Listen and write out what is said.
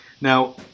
Now